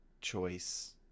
choice